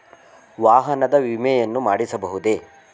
ವಾಹನದ ವಿಮೆಯನ್ನು ಮಾಡಿಸಬಹುದೇ?